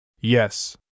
Yes